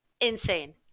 Insane